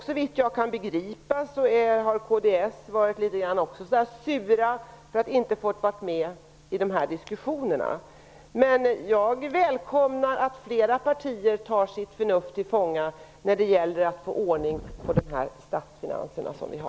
Såvitt jag kan begripa har kristdemokraterna varit litet sura därför att de inte fått vara med i diskussionerna. Jag välkomnar att fler partier tar sitt förnuft till fånga när det gäller att få ordning på statsfinanserna.